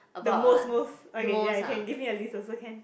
the most most okay ya you can give me a list also can